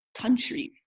countries